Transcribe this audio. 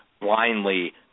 blindly